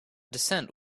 descent